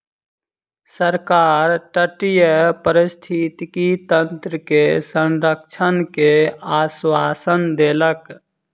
सरकार तटीय पारिस्थितिकी तंत्र के संरक्षण के आश्वासन देलक